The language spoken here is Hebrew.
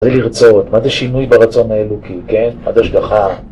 תראי לרצות, מה זה שינוי ברצון האלו, כאילו, כן? מה זה שגחה?